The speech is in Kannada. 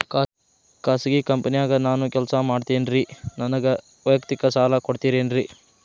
ಖಾಸಗಿ ಕಂಪನ್ಯಾಗ ನಾನು ಕೆಲಸ ಮಾಡ್ತೇನ್ರಿ, ನನಗ ವೈಯಕ್ತಿಕ ಸಾಲ ಕೊಡ್ತೇರೇನ್ರಿ?